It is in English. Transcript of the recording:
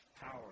power